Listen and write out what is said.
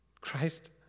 christ